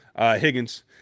Higgins –